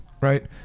right